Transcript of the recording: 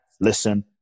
listen